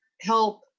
help